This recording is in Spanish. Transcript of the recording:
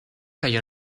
cayó